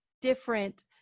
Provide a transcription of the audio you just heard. different